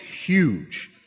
huge